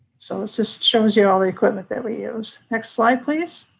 so this just shows you all the equipment that we use. next slide, please.